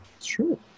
True